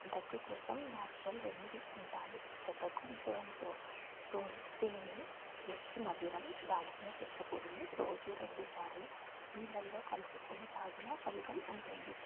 దగ్గు కోసం natural remedies ఉంటాయి ఇక దగ్గు విషయంతో తేనే జస్ట్ మధురం దాల్చిన చెక్క పొడిని రోజు రెండుసార్లు నీళ్ళలో కలుపుకుని తాగిన ఫలితం ఉంటుంది